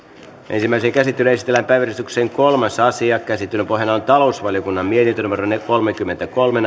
ensimmäiseen käsittelyyn esitellään päiväjärjestyksen kolmas asia käsittelyn pohjana on talousvaliokunnan mietintö kolmekymmentäkolme